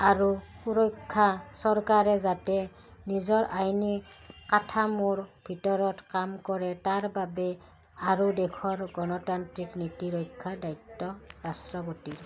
আৰু সুৰক্ষা চৰকাৰে যাতে নিজৰ আইনী মোৰ ভিতৰত কাম কৰে তাৰ বাবে আৰু দেশৰ গণতান্ত্ৰিক নীতি ৰক্ষা দায়িত্ব ৰাষ্ট্ৰপতি